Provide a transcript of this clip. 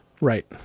right